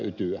ytyä